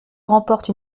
remporte